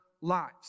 lives